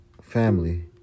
family